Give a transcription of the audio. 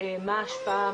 מה ההשפעה,